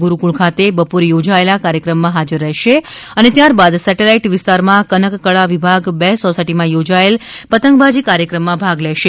ગુરુકુળ ખાતે બપોરે ચોજાયેલા કાર્યક્રમ માં ફાજર રહેશે અને ત્યારબાદ સેટેલાઈટ વિસ્તાર માં કનકકળા વિભાગ બે સોસાયટીમાં યોજાયેલા પતંગબાજી કાર્યક્રમ માં ભાગ લેશે